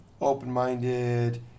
open-minded